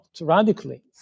radically